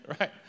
Right